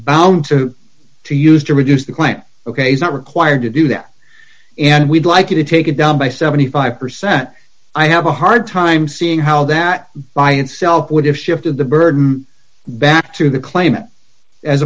bound to use to reduce the client ok is not required to do that and we'd like you to take it down by seventy five percent i have a hard time seeing how that by itself would have shifted the burden back to the claimant as